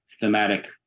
thematic